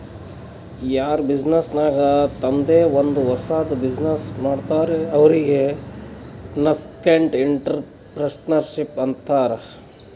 ಯಾರ್ ಬಿಸಿನ್ನೆಸ್ ನಾಗ್ ತಂಮ್ದೆ ಒಂದ್ ಹೊಸದ್ ಬಿಸಿನ್ನೆಸ್ ಮಾಡ್ತಾರ್ ಅವ್ರಿಗೆ ನಸ್ಕೆಂಟ್ಇಂಟರಪ್ರೆನರ್ಶಿಪ್ ಅಂತಾರ್